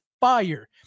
fire